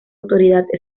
autoridad